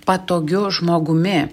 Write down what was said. patogiu žmogumi